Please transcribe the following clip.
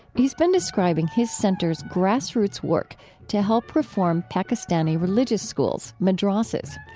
he's been describing his center's grassroots work to help reform pakistani religious schools, madrassas.